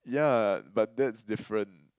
yeah but that's different